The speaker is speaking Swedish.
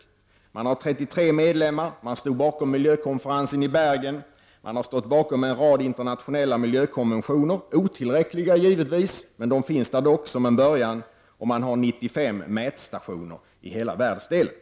ECE, som har 33 medlemmar, stod bakom vårens miljökonferens i Bergen och har stått bakom en rad internationella miljökonventioner -- otillräckliga givetvis, men de finns där som en början -- och man har 95 mätstationer i hela världsdelen.